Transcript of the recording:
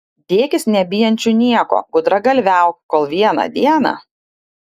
dėkis nebijančiu nieko gudragalviauk kol vieną dieną